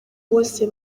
bose